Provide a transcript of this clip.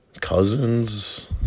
cousins